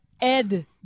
Ed